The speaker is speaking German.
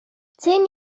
zehn